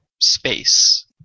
space